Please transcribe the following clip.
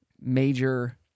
major